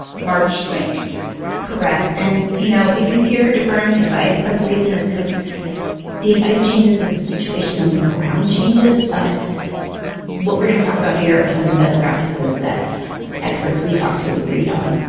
march nineteen point correct. and, you know, if you hear differing advice part of the reason is because the advice changes as the situation on the ground changes. but what we're going to talk about here are some of the best practices that experts we talked to agreed on.